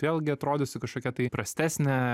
vėlgi atrodysiu kažkokia tai prastesnė